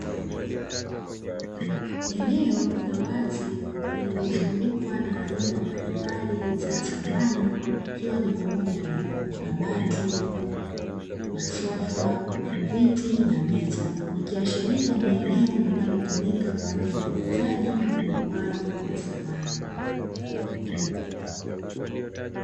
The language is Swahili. Eneo la wazi lililozungukwa na aina mbalimbali za samani likiwa ni pamoja na kabati, masofa, viti na meza. Ikiashiria ni eneo linalotumika kwa ajili ya uuzaji na ununuaji wa samani.